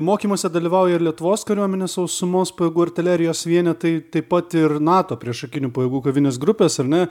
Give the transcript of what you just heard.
mokymuose dalyvauja ir lietuvos kariuomenės sausumos pajėgų artilerijos vienetai taip pat ir nato priešakinių pajėgų kovinės grupės ar na